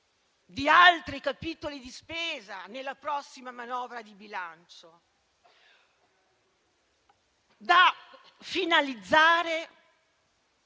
di altri capitoli di spesa nella prossima manovra di bilancio, da finalizzare